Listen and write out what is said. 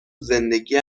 زندگی